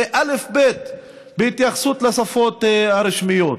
זה אל"ף-בי"ת בהתייחסות לשפות הרשמיות.